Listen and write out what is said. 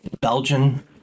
Belgian